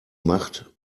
macht